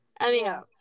Anyhow